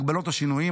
הגבלות או שינויים.